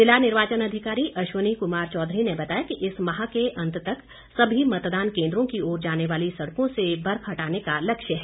जिला निर्वाचन अधिकारी अश्वनी कुमार चौधरी ने बताया कि इस माह के अंत तक सभी मतदान केन्द्रों की ओर जाने वाली सड़कों से बर्फ हटाने का लक्ष्य है